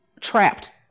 trapped